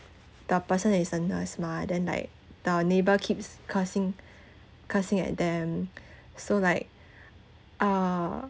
the person is a nurse mah then like the neighbour keeps cursing cursing at them so like uh